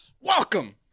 welcome